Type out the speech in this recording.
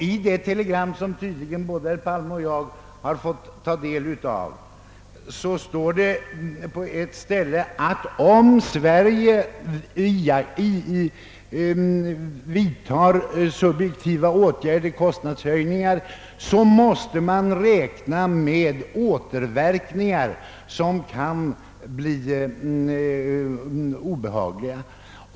I det telegram som tydligen både herr Palme och jag tagit del av står det att om Sverige på egen hand vidtar sådana åtgärder som kostnadshöjningar, måste vi räkna med återverkningar som kan bli : obehagliga.